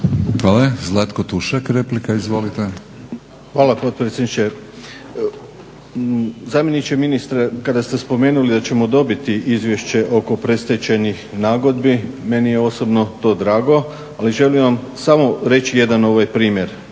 laburisti - Stranka rada)** Hvala potpredsjedniče. Zamjeniče ministra kada ste spomenuli da ćemo dobiti izvješće oko predstečajnih nagodbi meni je osobno to drago, ali želim vam samo reći jedan primjer,